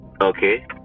Okay